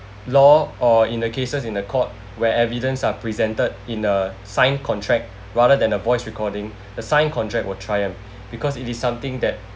law or in the cases in the court where evidence are presented in a signed contract rather than a voice recording the sign contract will triumph because it is something that